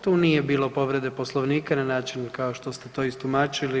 Tu nije bilo povrede Poslovnika na način kao što ste to istumačili.